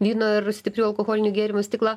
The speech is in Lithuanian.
vyno ir stiprių alkoholinių gėrimų stiklą